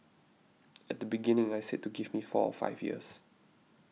at the beginning I said to give me four or five years